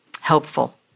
helpful